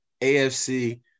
AFC